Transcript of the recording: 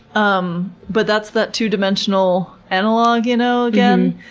um but that's that two-dimensional analogue you know again,